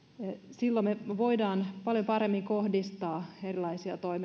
silloin me voimme paljon paremmin kohdistaa erilaisia